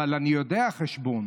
אבל אני יודע חשבון.